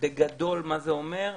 בגדול מה זה אומר?